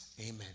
Amen